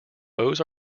bows